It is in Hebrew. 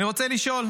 ואני רוצה לשאול: